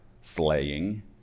slaying